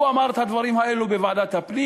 הוא אמר את הדברים האלו בוועדת הפנים.